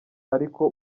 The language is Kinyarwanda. ariko